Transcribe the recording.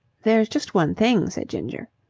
there's just one thing, said ginger.